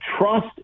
trust